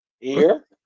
Ear